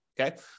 okay